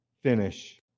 finish